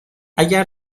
اگر